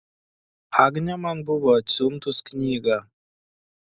agnė man buvo atsiuntus knygą